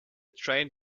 train